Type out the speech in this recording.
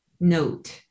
note